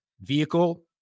Vehicle